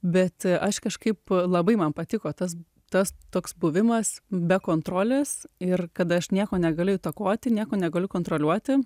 bet aš kažkaip labai man patiko tas tas toks buvimas be kontrolės ir kada aš nieko negaliu įtakoti nieko negaliu kontroliuoti